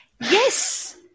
Yes